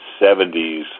70s